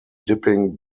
dipping